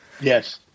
yes